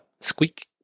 Squeak